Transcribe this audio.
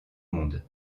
monde